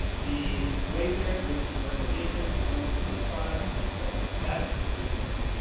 the blazer with the organization, a link to the product and so forth. that's the dream of it.